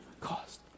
cost